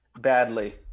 badly